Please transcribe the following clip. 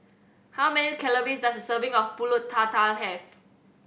how many calories does a serving of Pulut Tatal have